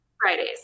fridays